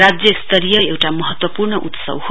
राज्य स्तरीय एउटा महत्वपूर्ण उत्सव हो